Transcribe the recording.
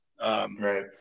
Right